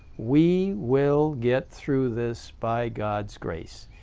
we will get through this by god's grace.